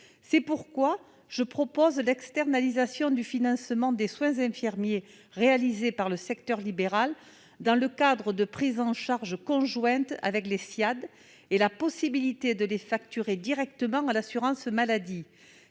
C'est pourquoi je propose l'externalisation du financement des soins infirmiers réalisés par le secteur libéral, dans le cadre d'une prise en charge conjointe avec les Ssiad, et la possibilité de les facturer directement à l'assurance maladie.